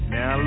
Now